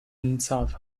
emsav